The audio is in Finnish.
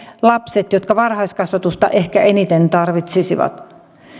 lapset jotka varhaiskasvatusta ehkä eniten tarvitsisivat